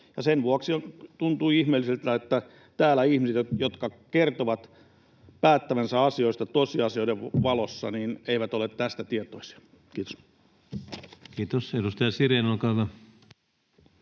sen vuoksi tuntui ihmeelliseltä, että täällä ihmiset, jotka kertovat päättävänsä asioista tosiasioiden valossa, eivät ole tästä tietoisia. — Kiitos. Kiitos. — Edustaja Sirén, olkaa hyvä.